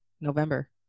November